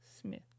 Smith